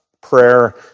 prayer